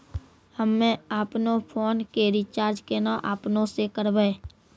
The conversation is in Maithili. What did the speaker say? हम्मे आपनौ फोन के रीचार्ज केना आपनौ से करवै?